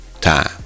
time